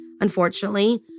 Unfortunately